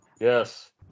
yes